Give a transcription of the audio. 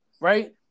right